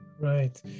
Right